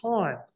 time